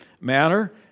manner